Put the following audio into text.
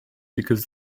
because